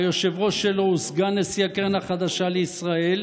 שהיושב-ראש שלו הוא סגן נשיא הקרן החדשה לישראל,